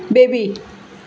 baby